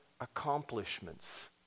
accomplishments